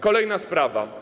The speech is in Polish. Kolejna sprawa.